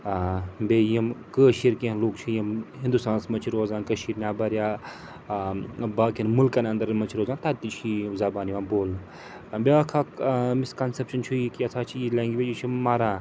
بیٚیہِ یِم کٲشِرۍ کیٚنٛہہ لُکھ چھِ یِم ہِنٛدوستانَس منٛز چھِ روزان کٔشیٖرِ نٮ۪بَر یا باقیَن مُلکَن اَنٛدرَن منٛز چھِ روزان تَتہِ تہِ چھِ یہِ ہیوٗ زَبان یِوان بولنہٕ بیٛاکھ اَکھ مِسکَنسٮ۪پشَن چھُ یہِ کہِ یہِ ہسا چھِ یہِ لٮ۪نٛگویج یہِ چھِ مَران